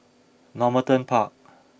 Normanton Park